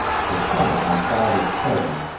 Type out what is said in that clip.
the son of my father's cousin,